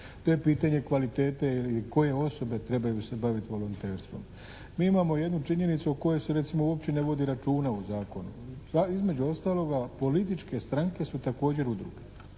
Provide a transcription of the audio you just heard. To je pitanje kvalitete ili koje osobe trebaju se baviti volonterstvom. Mi imamo jednu činjenicu o kojoj se recimo uopće ne vodi računa u zakonu. Između ostaloga političke stranke su također udruge.